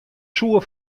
soe